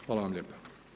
Hvala vam lijepo.